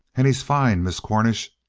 and he's fine, miss cornish.